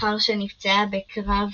לאחר שנפצעה בקרב